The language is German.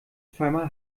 zweimal